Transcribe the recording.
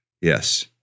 Yes